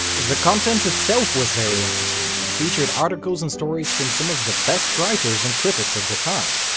the content itself was very interesting and featured articles and stories from some of the best writers and critics of the time.